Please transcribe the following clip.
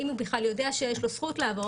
אם הוא בכלל יודע שיש לו זכות לעבור,